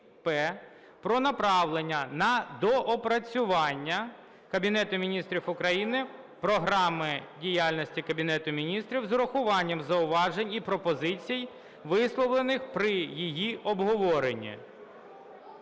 про направлення на доопрацювання Кабінету Міністрів України Програми діяльності Кабінету Міністрів з урахуванням зауважень і пропозицій, висловлених при її обговоренні.